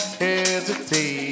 hesitate